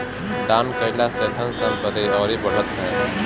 दान कईला से धन संपत्ति अउरी बढ़त ह